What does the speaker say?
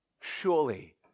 surely